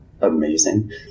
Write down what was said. amazing